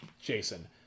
Jason